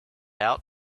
out